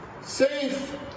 safe